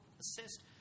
assist